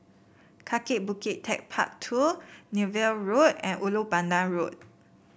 Kaki Bukit TechparK Two Niven Road and Ulu Pandan Road